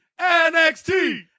NXT